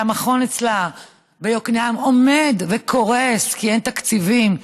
שהמכון אצלה עומד לקרוס כי אין תקציבים,